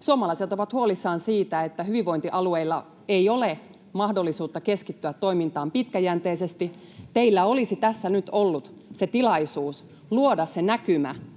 Suomalaiset ovat huolissaan siitä, että hyvinvointialueilla ei ole mahdollisuutta keskittyä toimintaan pitkäjänteisesti. Teillä olisi tässä nyt ollut se tilaisuus luoda se näkymä,